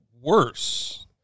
worse